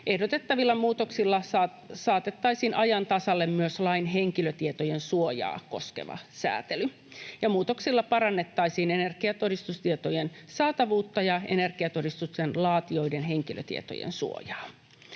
Ehdotettavilla muutoksilla saatettaisiin ajan tasalle myös lain henkilötietojen suojaa koskeva säätely, ja muutoksilla parannettaisiin energiatodistustietojen saatavuutta ja energiatodistuksen laatijoiden henkilötietojen suojaa.